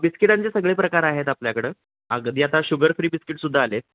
बिस्किटांचे सगळे प्रकार आहेत आपल्याकडं अगदी आता शुगर फ्री बिस्किट सुद्धा आले आहेत